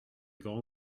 grands